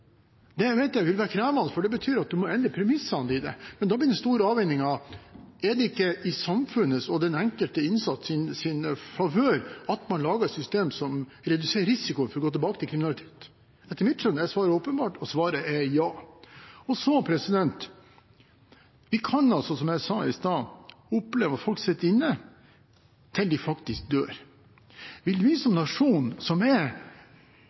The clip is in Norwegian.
Det vet jeg vil være krevende, for det betyr at man må endre premissene sine, men da blir den store avveiningen: Er det ikke i favør av samfunnet og den enkeltes innsats at man lager et system som reduserer risikoen for å gå tilbake til kriminalitet? Etter mitt skjønn er svaret åpenbart – og svaret er ja. Vi kan – som jeg sa i stad – oppleve at folk sitter inne til de dør. Kan vi som nasjon, som er